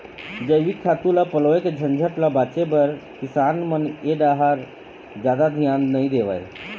जइविक खातू ल पलोए के झंझट ल बाचे बर किसान मन ए डाहर जादा धियान नइ देवय